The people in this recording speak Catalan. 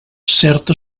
certa